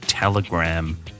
Telegram